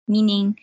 Meaning